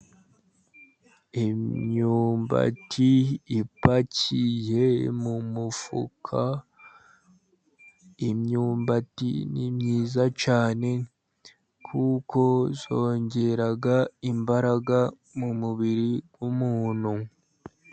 Imyumbati ipakiye mu mufuka. Imyumbati ni myiza cyane, kuko yongera imbaraga mu mubiri w'umuntu.